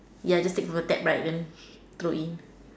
ya just take the tap right then go in